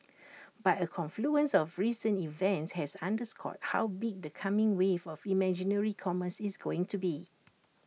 but A confluence of recent events has underscored how big the coming wave of imaginary commerce is going to be